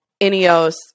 Ineos